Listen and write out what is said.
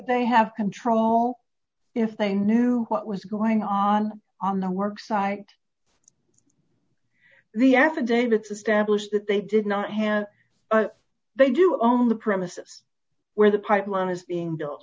they have control if they knew what was going on on the work site the affidavits establish that they did not hand but they do own the premises where the pipeline is being built